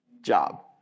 job